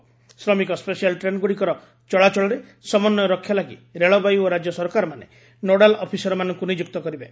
'ଶ୍ରମିକ ସ୍କେଶାଲ୍ ଟ୍ରେନ୍'ଗୁଡ଼ିକର ଚଳାଚଳରେ ସମନ୍ୱୟ ରକ୍ଷା ଲାଗି ରେଳବାଇ ଓ ରାଜ୍ୟ ସରକାରମାନେ ନୋଡାଲ୍ ଅଫିସରମାନଙ୍କୁ ନିଯୁକ୍ତ କରିବେ